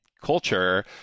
culture